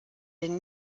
den